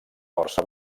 força